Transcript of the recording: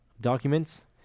documents